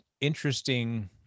interesting